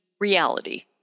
reality